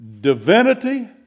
divinity